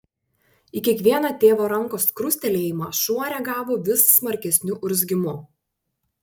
į kiekvieną tėvo rankos krustelėjimą šuo reagavo vis smarkesniu urzgimu